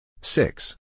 Six